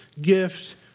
gift